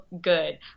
good